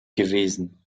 gewesen